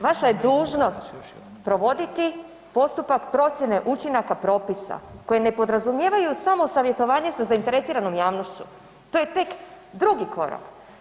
Vaša je dužnost provoditi postupak procjene učinaka propisa koji ne podrazumijevaju samo savjetovanje sa zainteresiranom javnošću, to je tek drugi korak.